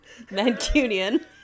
Mancunian